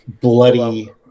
bloody